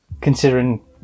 Considering